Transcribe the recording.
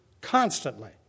constantly